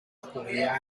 acogida